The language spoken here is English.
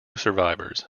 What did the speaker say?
survivors